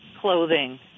Clothing